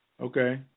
Okay